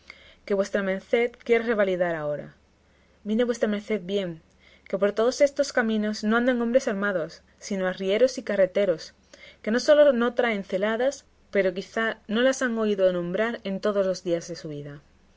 que vuestra merced quiere revalidar ahora mire vuestra merced bien que por todos estos caminos no andan hombres armados sino arrieros y carreteros que no sólo no traen celadas pero quizá no las han oído nombrar en todos los días de su vida